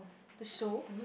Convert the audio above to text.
the show